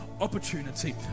opportunity